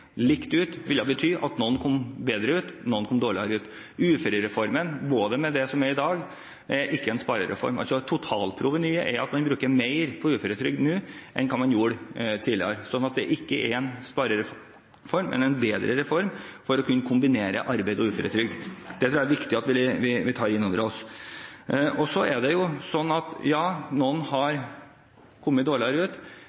bety at noen kom bedre ut, noen kom dårligere ut. Uførereformen, slik den er i dag, er ikke en sparereform. Totalprovenyet er at man bruker mer på uføretrygd nå enn hva man gjorde tidligere. Så det er ikke en sparereform, men en bedre reform for å kunne kombinere arbeid og uføretrygd. Det tror jeg er viktig at vi tar inn over oss. Ja, noen har kommet dårligere ut. Derfor er overgangsordningen viktig. Så er det viktig at